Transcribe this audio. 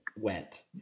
went